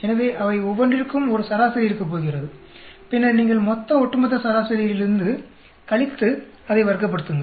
எனவே அவை ஒவ்வொன்றிற்கும் ஒரு சராசரி இருக்கப் போகிறது பின்னர் நீங்கள் மொத்த ஒட்டுமொத்த சராசரியிலிருந்து கழித்து அதை வர்க்கப்படுத்துங்கள்